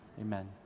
amen